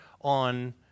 on